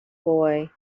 boy